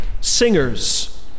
singers